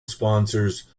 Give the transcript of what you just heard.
sponsors